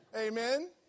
Amen